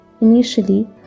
initially